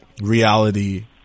reality